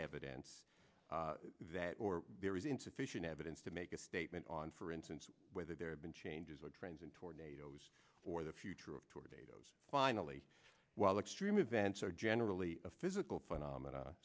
evidence that or there is insufficient evidence to make a statement on for instance whether there'd been changes or trends in tornadoes for the future of tornadoes finally well extreme events are generally a physical phenomen